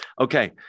Okay